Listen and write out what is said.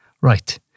Right